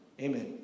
Amen